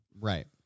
Right